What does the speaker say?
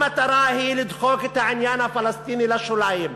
המטרה היא לדחוק את העניין הפלסטיני לשוליים,